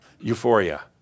euphoria